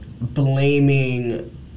blaming